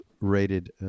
rated